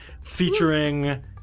featuring